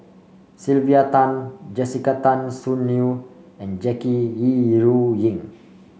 Sylvia Tan Jessica Tan Soon Neo and Jackie Yi Ru Ying